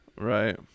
Right